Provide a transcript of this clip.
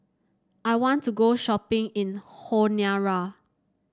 I want to go shopping in the Honiara